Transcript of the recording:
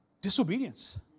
Disobedience